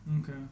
Okay